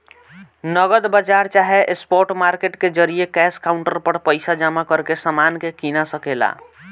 नगद बाजार चाहे स्पॉट मार्केट के जरिये कैश काउंटर पर पइसा जमा करके समान के कीना सके ला